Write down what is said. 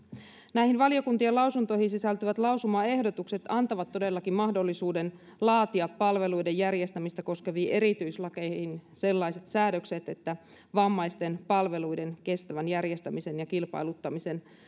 näihin valiokuntien lausuntoihin sisältyvät lausumaehdotukset antavat todellakin mahdollisuuden laatia palveluiden järjestämistä koskeviin erityislakeihin sellaiset säädökset että vammaisten palveluiden kestävään järjestämiseen ja kilpailuttamisen